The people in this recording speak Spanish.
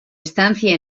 estancia